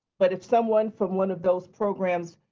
but if someone from one of those programs